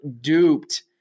duped